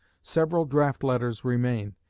several draft letters remain,